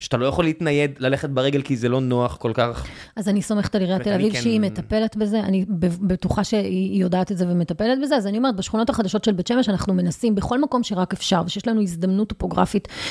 שאתה לא יכול להתנייד, ללכת ברגל, כי זה לא נוח כל כך. אז אני סומכת על עיריית תל אביב שהיא מטפלת בזה, אני בטוחה שהיא יודעת את זה ומטפלת בזה. אז אני אומרת, בשכונות החדשות של בית שמש, אנחנו מנסים בכל מקום שרק אפשר, ושיש לנו הזדמנות טופוגרפית.